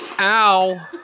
ow